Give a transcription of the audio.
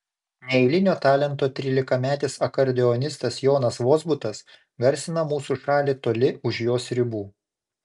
neeilinio talento trylikametis akordeonistas jonas vozbutas garsina mūsų šalį toli už jos ribų